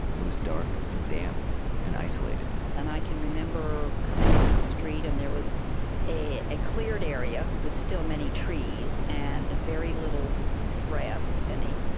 it was dark and damp and isolated and i can remember coming up the street. and there was a a cleared area with still many trees and a very little grass if any.